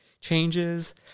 changes